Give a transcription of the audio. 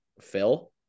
Phil